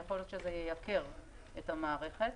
יכול להיות שייקר את המערכת.